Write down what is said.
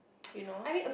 you know